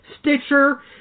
Stitcher